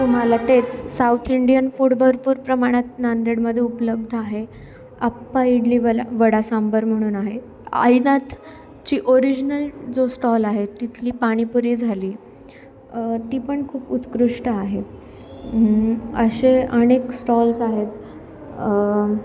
तुम्हाला तेच south Indian food भरपूर प्रमाणात नांदेडमध्ये उपलब्ध आहे अप्पा इडली वला वडा सांबर म्हणून आहे आईनाथची ओरिजिनल जो स्टॉल आहे तिथली पाणीपुरी झाली ती पण खूप उत्कृष्ट आहे असे अनेक स्टॉल्स आहेत